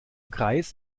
kreis